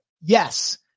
yes